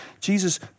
Jesus